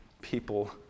people